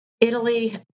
Italy